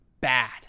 bad